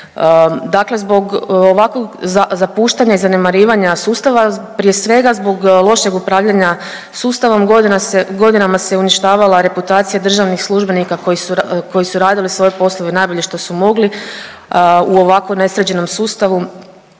Dakle zbog ovakvog zapuštanja i zanemarivanja sustava prije svega zbog lošeg upravljanja sustavom godina se, godinama se uništavala reputacija državnih službenika koji su ra…, koji su radili svoje poslove najbolje što su mogli u ovako nesređenom sustavu,